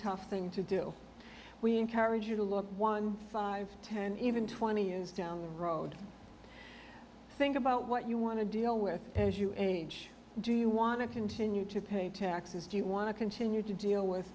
tough thing to do we encourage you to look one five ten even twenty years down the road think about what you want to deal with as you age do you want to continue to pay taxes do you want to continue to deal